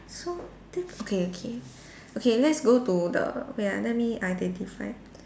so diff~ okay okay okay let's go to the wait ah let me identify